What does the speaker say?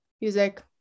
music